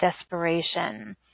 desperation